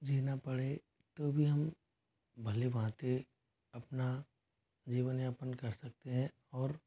जीना पड़े तो भी हम भले भाँति अपना जीवन यापन कर सकते हैं और